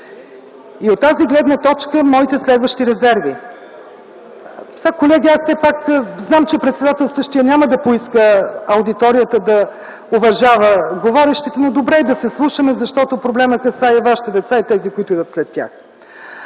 От тази гледна точка – моите следващите резерви. (Шум в залата.) Колеги, знам, че председателстващият няма да поиска аудиторията да уважава говорещите, но добре е да се слушаме, защото проблемът касае и вашите деца, и тези, които идват след тях.